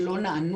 שעדיין לא נענו.